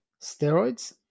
steroids